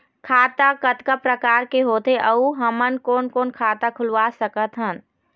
खाता कतका प्रकार के होथे अऊ हमन कोन कोन खाता खुलवा सकत हन?